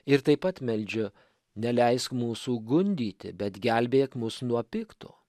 ir taip pat meldžiu neleisk mūsų gundyti bet gelbėk mus nuo pikto